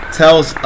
tells